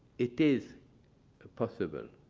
it is possible.